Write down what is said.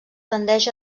tendeix